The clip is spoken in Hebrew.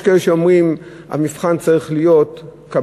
יש כאלה שאומרים: המבחן צריך להיות קפדני,